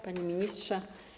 Panie Ministrze!